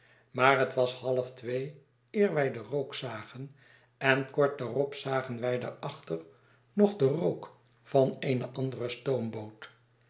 maar het was half twee eer wij den rookzagen en kort daarop zagen wij daarachter nog den rook van eene andere stoomboot